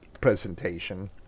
presentation